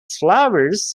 flowers